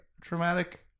traumatic